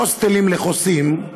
הוסטלים לחוסים,